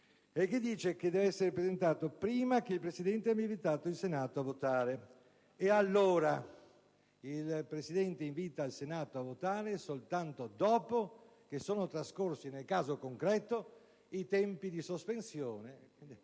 richiesta deve essere presentata prima che il Presidente abbia invitato il Senato a votare. Allora, il Presidente invita il Senato a votare soltanto dopo che sono trascorsi nel caso concreto, i tempi di sospensione